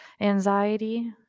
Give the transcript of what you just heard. anxiety